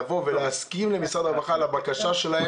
לבוא ולהסכים לבקשה של משרד הרווחה,